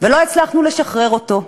ולא הצלחנו לשחרר אותו.